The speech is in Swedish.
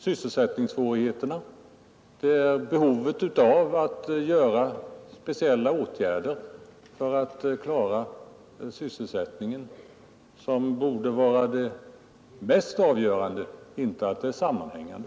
Sysselsättningssvårigheterna och behovet av att vidta speciella åtgärder för att klara sysselsättningen borde vara det avgörande, inte att området är sammanhängande.